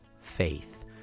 faith